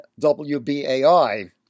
WBAI